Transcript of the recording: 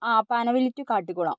ആ പനവള്ളി ട്ടു കാട്ടുകുളം